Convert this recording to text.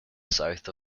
south